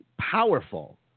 powerful